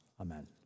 Amen